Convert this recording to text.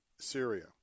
Syria